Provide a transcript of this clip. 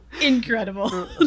Incredible